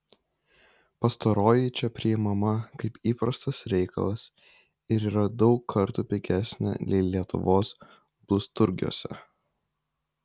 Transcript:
pastaroji čia priimama kaip įprastas reikalas ir yra daug kartų pigesnė nei lietuvos blusturgiuose